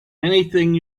anything